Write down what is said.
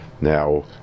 now